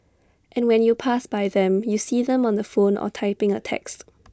and when you pass by them you see them on the phone or typing A text